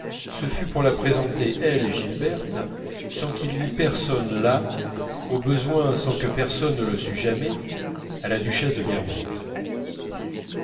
ce fut pour la présenter elle et gilberte sans qu'il y eût personne là au besoin sans que personne le sût jamais à la duchesse de